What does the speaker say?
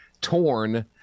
torn